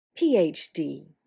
PhD